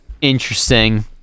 interesting